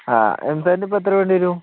ആ എം സാൻഡിപ്പം എത്ര വേണ്ടി വരും